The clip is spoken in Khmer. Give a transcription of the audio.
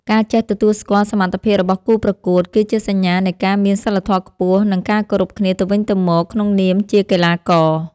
ការចេះទទួលស្គាល់សមត្ថភាពរបស់គូប្រកួត គឺជាសញ្ញានៃការមានសីលធម៌ខ្ពស់ និងការគោរពគ្នាទៅវិញទៅមកក្នុងនាមជាកីឡាករ។